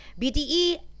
BDE